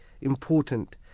important